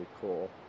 cool